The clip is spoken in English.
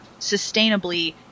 sustainably